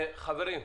חברים,